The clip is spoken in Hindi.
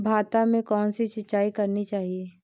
भाता में कौन सी सिंचाई करनी चाहिये?